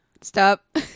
Stop